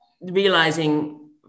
realizing